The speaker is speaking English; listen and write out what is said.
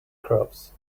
crops